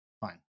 fine